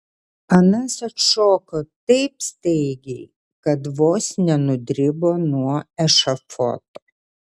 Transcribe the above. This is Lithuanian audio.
anas atšoko taip staigiai kad vos nenudribo nuo ešafoto